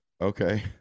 Okay